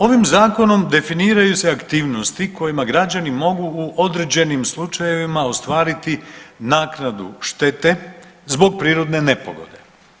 Ovim zakonom definiraju se aktivnosti kojima građani mogu u određenim slučajevima ostvariti naknadu štete zbog prirodne nepogode.